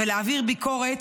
להעביר ביקורת